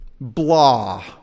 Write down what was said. blah